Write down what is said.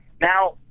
Now